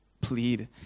plead